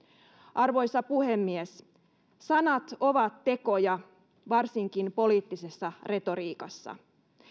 arvoisa puhemies sanat ovat tekoja varsinkin poliittisessa retoriikassa